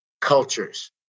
cultures